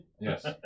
Yes